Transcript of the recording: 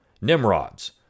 Nimrods